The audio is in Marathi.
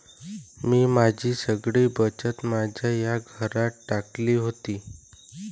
मी माझी सगळी बचत माझ्या या घरात टाकली होती